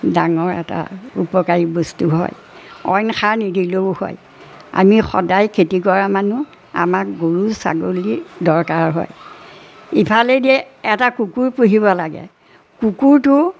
ডাঙৰ এটা উপকাৰী বস্তু হয় অইন সাৰ নিদিলেও হয় আমি সদায় খেতি কৰা মানুহ আমাক গৰু ছাগলী দৰকাৰ হয় ইফালেদিয়ে এটা কুকুৰ পুহিব লাগে কুকুৰটো